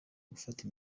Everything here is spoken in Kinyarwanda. gufata